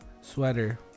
sweater